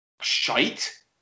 shite